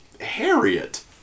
Harriet